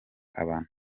abantu